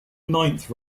ninth